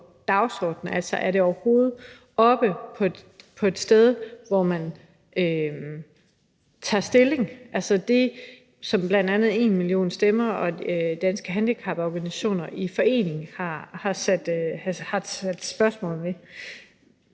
dagsordenen – altså om det overhovedet er oppe på et sted, hvor man tager stilling, altså det, som bl.a. En million stemmer og Danske Handicaporganisationer i forening har sat spørgsmålstegn